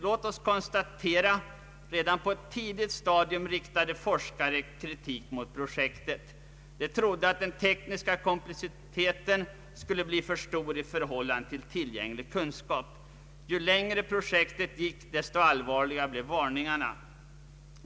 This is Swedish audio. Låt oss konstatera att forskare redan på ett tidigt stadium riktade kritik mot projektet. De trodde att den tekniska kompliciteten skulle bli för stor i förhållande till tillgänglig kunskap. Ju längre projektet gick desto allvarligare blev varningarna.